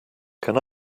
can